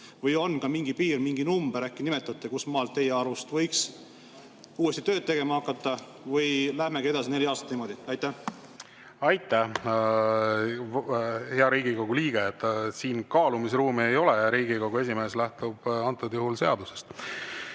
Või on mingi piir, mingi number, äkki nimetate, kust maalt teie arust võiks uuesti tööd tegema hakata? Või lähmegi neli aastat niimoodi edasi? Aitäh, hea Riigikogu liige! Siin kaalumisruumi ei ole ja Riigikogu esimees lähtub antud juhul seadusest. Tanel